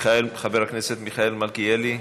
חבר הכנסת מיכאל מלכיאלי,